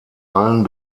allen